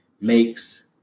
makes